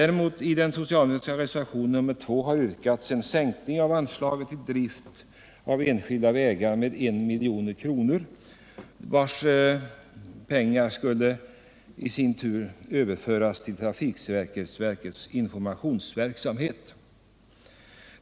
Däremot har det i den socialdemokratiska reservationen 2 yrkats på en sänkning av anslaget till Drift av enskilda vägar med 1 milj.kr., vilka pengar i sin tur skulle överföras till trafiksäkerhetsverkets informationsverksamhet.